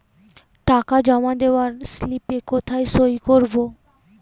টাকা জমা দেওয়ার স্লিপে কোথায় সই করব?